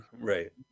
Right